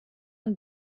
amb